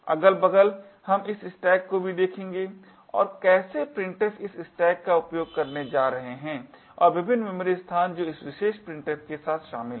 अगल बगल हम इस स्टैक को भी देखेंगे और कैसे printf इस स्टैक का उपयोग करने जा रहे हैं और विभिन्न मेमोरी स्थान जो इस विशेष printf के साथ शामिल हैं